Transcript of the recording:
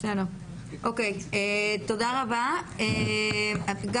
תודה רבה, גם